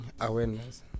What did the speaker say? awareness